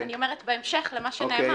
אני אומרת בהמשך למה שנאמר.